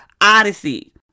odyssey